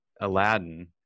Aladdin